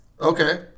Okay